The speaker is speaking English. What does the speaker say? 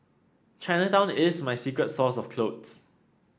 Chinatown is my secret source of clothes